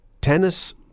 Tennis